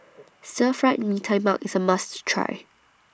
Stir Fried Mee Tai Mak IS A must Try